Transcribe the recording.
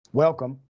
Welcome